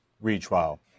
retrial